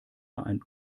ein